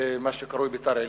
במה שקרוי ביתר-עילית.